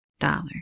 dollar